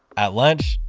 at lunch,